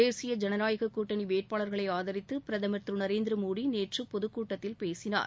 தேசிய ஜனநாயக கூட்டணி வேட்பாளர்களை ஆதரித்து பிரதமர் திரு நரேந்திர மோடி நேற்று பொதுக் கூட்டத்தில் பேசினார்